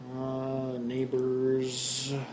Neighbors